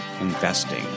Investing